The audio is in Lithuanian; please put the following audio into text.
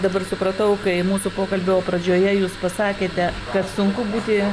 dabar supratau kai mūsų pokalbio pradžioje jūs pasakėt kad sunku būti